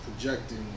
projecting